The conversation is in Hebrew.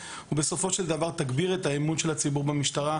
ובסופו של דבר גם יגביר את האמון של הציבור במשטרה,